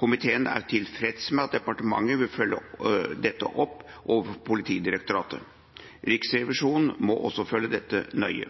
Komiteen er tilfreds med at departementet vil følge dette opp overfor Politidirektoratet. Riksrevisjonen må også følge dette nøye.